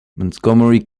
montgomery